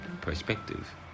perspective